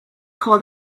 call